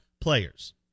players